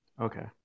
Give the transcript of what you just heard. Okay